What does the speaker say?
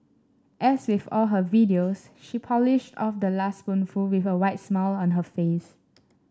as with all her videos she polished off the last spoonful with a wide smile on her face